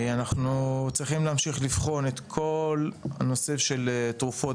אנחנו צריכים להמשיך לבחון את כל הנושא של תרופות